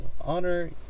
honor